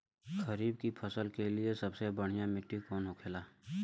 खरीफ की फसल के लिए सबसे बढ़ियां मिट्टी कवन होखेला?